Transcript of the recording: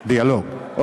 דיאלוג.